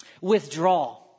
withdraw